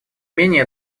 менее